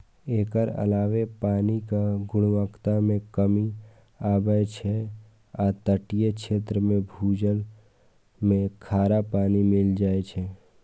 एकर अलावे पानिक गुणवत्ता मे कमी आबै छै आ तटीय क्षेत्र मे भूजल मे खारा पानि मिल जाए छै